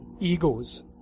egos